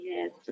Yes